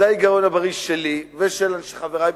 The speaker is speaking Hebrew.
זה ההיגיון הבריא שלי ושל חברי בקדימה,